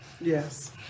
Yes